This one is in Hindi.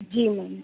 जी मैम